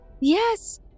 Yes